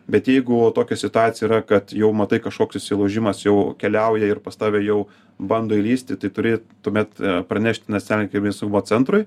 bet jeigu tokia situacija yra kad jau matai kažkoks įsilaužimas jau keliauja ir pas tave jau bando įlįsti tai turi tuomet pranešti nacionaliniam kibernetinio saugumo centrui